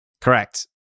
Correct